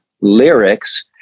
lyrics